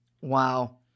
Wow